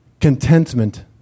contentment